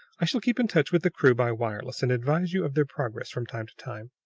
i shall keep in touch with the crew by wireless, and advise you of their progress from time to time.